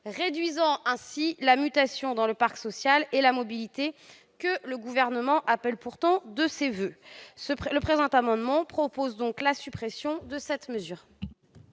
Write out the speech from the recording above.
réduira ainsi la mutation dans le parc social et la mobilité, que le Gouvernement appelle pourtant de ses voeux. Le présent amendement tend donc à la supprimer.